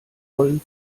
wollen